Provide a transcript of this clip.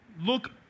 look